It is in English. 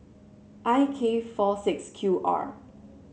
I K four six Q R